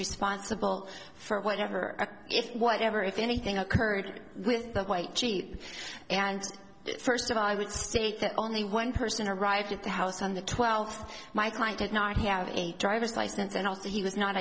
responsible for whatever if whatever if anything occurred with the white jeep and first of all i would state that only one person arrived at the house on the twelfth my client did not have a driver's license and also he was not